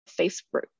Facebook